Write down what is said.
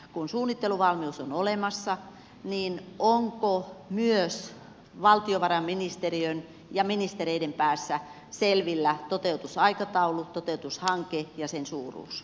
kun suunnitteluvalmius on olemassa niin onko myös valtiovarainministeriön ja ministereiden päässä selvillä toteutusaikataulu toteutushanke ja sen suuruus